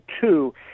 two